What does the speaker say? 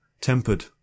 Tempered